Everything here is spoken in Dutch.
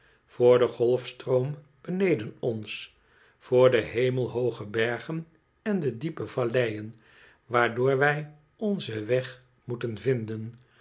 voor de golfstroom beneden ons voor de hemelhooge bergen en de diepe valleien waardoor wij onzen weg moeten vinden